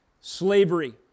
slavery